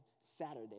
Saturday